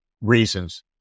reasons